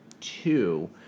two